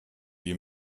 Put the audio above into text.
you